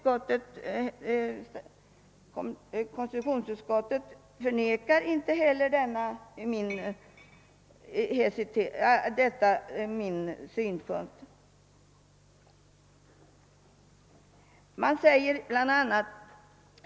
Konstitutionsutskottet förnekar inte heller att jag kan ha anledning att känna tveksamhet.